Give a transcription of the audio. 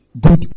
good